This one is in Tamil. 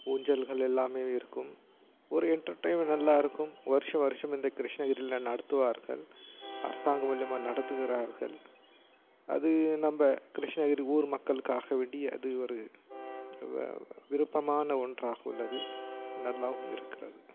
ஊஞ்சல்கள் எல்லாமே இருக்கும் ஒரு என்டர்டைமெண்ட் நல்லா இருக்கும் வருடம் வருடம் இந்த கிருஷ்ணகிரியில் நடத்துவார்கள் அரசாங்கம் மூலிமா நடத்துகிறார்கள் அது நம்ம கிருஷ்ணகிரி ஊர் மக்களுக்காக வேண்டி அது ஒரு விருப்பமான ஒன்றாக உள்ளது நல்லாவும் இருக்கிறது